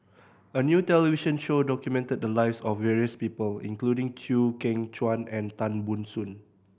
a new television show documented the lives of various people including Chew Kheng Chuan and Tan Ban Soon